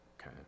okay